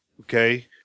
Okay